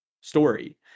story